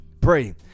Pray